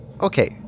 okay